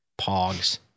Pogs